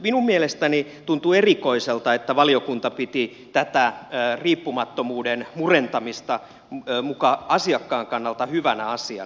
minun mielestäni tuntuu erikoiselta että valiokunta piti tätä riippumattomuuden murentamista muka asiakkaan kannalta hyvänä asiana